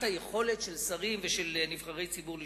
היכולת של שרים ושל נבחרי ציבור לשלוט.